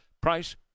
price